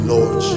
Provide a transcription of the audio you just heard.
Lord